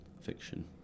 fiction